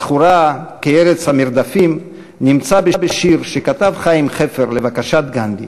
הזכורה כ"ארץ המרדפים" נמצא בשיר שכתב חיים חפר לבקשת גנדי